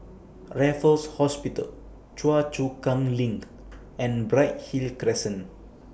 Raffles Hospital Choa Chu Kang LINK and Bright Hill Crescent